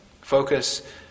Focus